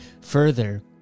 further